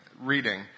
reading